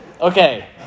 Okay